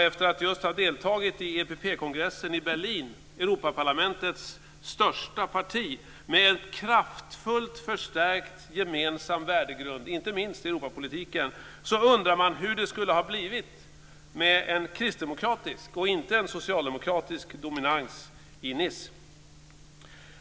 Efter att just ha deltagit i EPP-kongressen i Berlin - Europaparlamentets största parti - med kraftfullt förstärkt gemensam värdegrund, inte minst i Europapolitiken, undrar man hur det skulle ha blivit med en kristdemokratisk och inte en socialdemokratisk dominans i Nice.